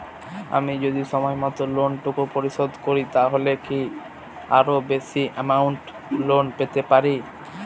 আমি যদি সময় মত লোন টুকু পরিশোধ করি তাহলে কি আরো বেশি আমৌন্ট লোন পেতে পাড়ি?